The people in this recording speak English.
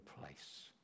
place